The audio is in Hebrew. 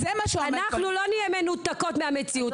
אנחנו לא נהיה מנותקות מהמציאות.